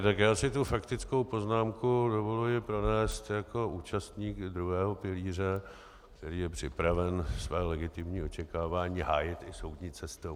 Tak já si tu faktickou poznámku dovoluji pronést jako účastník druhého pilíře, který je připraven své legitimní očekávání hájit i soudní cestou.